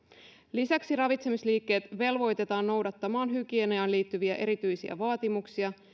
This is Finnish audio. lisäksi ravitsemisliikkeet velvoitetaan noudattamaan hygieniaan liittyviä erityisiä vaatimuksia